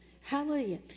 Hallelujah